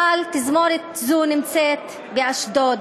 אבל תזמורת זו נמצאת באשדוד.